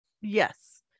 Yes